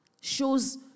shows